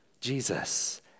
Jesus